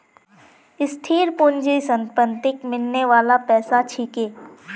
स्थिर पूंजी संपत्तिक मिलने बाला पैसा छिके